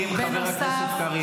למה מפריעים, חבר הכנסת קריב?